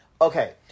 Okay